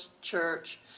church